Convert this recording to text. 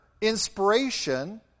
inspiration